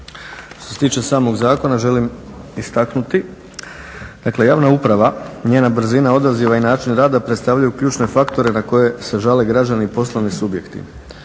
Što se tiče samog zakona želim istaknuti, dakle javna uprava, njena brzina odaziva i način rada predstavljaju ključne faktore na koje se žale građani i poslovni subjekti.